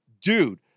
dude